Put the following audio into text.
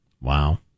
Wow